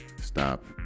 stop